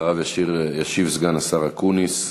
ישיב סגן השר אקוניס,